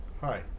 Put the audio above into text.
Hi